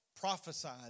prophesied